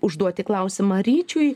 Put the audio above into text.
užduoti klausimą ryčiui